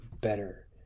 better